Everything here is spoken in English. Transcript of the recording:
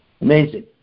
Amazing